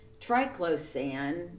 Triclosan